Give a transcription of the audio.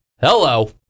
hello